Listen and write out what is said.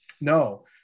No